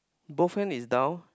both hand is down